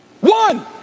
One